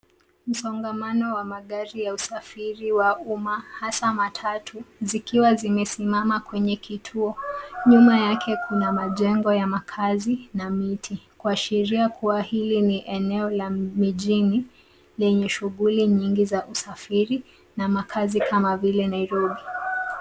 Msongamano wa magari ya usafiri wa umma hasa matatu zikiwa zimesimama kwenye kituo. Nyuma yake kuna majengo ya makazi na miti, kuashiria kuwa hili ni eneo la mijini lenye shughuli nyingi za usafiri na makazi kama vile Nairobi.